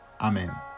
Amen